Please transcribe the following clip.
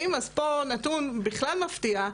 אז פה נתון בכלל מפתיע,